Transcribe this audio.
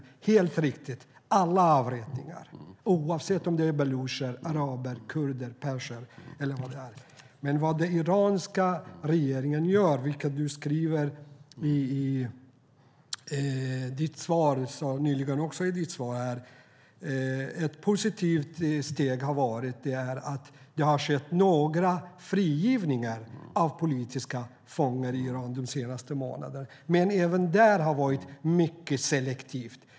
Det är helt riktigt att det handlar om alla avrättningar, oavsett om det är balucher, araber, kurder, perser eller vad det är. Men vad den iranska regeringen gör, vilket du säger här i ditt svar, är att ett positivt steg är att det har skett några frigivningar av politiska fångar i Iran den senaste månaden. Men även där har det varit mycket selektivt.